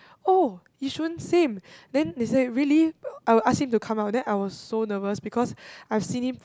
oh yishun same then they say really I will ask him to come out then I was so nervous because I've see him